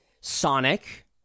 sonic